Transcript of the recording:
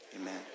amen